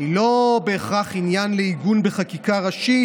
היא לא בהכרח עניין לעיגון בחקיקה ראשית,